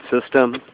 system